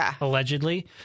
allegedly